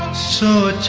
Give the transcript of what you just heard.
sure.